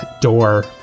door